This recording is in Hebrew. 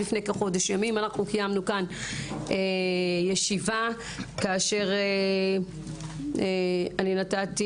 לפני כחודש ימים אנחנו קיימנו כאן ישיבה כאשר אני נתתי